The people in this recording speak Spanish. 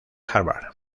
harvard